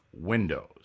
windows